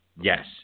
Yes